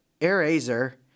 Eraser